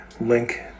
link